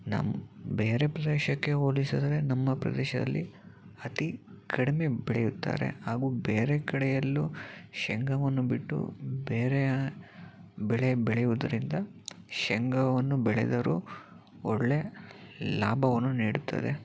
ನಮ್ಮ ಬೇರೆ ಪ್ರದೇಶಕ್ಕೆ ಹೋಲಿಸಿದರೆ ನಮ್ಮ ಪ್ರದೇಶದಲ್ಲಿ ಅತಿ ಕಡಿಮೆ ಬೆಳೆಯುತ್ತಾರೆ ಹಾಗು ಬೇರೆ ಕಡೆಯಲ್ಲೂ ಶೇಂಗವನ್ನು ಬಿಟ್ಟು ಬೇರೆ ಬೆಳೆ ಬೆಳೆಯುವುದರಿಂದ ಶೇಂಗವನ್ನು ಬೆಳೆದರೂ ಒಳ್ಳೆಯ ಲಾಭವನ್ನು ನೀಡುತ್ತದೆ